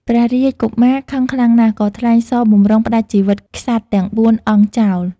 ព្រះរាជកុមារខឹងខ្លាំងណាស់ ក៏ថ្លែងសរបម្រុងផ្តាច់ជីវិតក្សត្រទាំងបួនអង្គចោល។